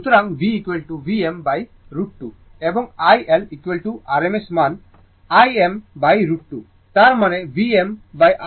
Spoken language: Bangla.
সুতরাং V Vm√ 2 এবং iL rms মান Im√ 2 তার মানেVmr √ 2